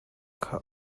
kha